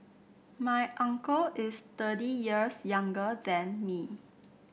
my uncle is thirty years younger than me